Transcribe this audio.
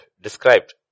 described